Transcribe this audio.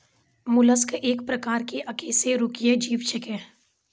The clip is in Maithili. मोलस्क एक प्रकार के अकेशेरुकीय जीव छेकै